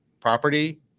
property